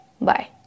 Bye